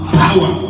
power